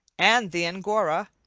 and the angora,